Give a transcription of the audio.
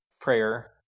prayer